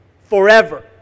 Forever